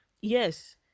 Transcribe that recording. Yes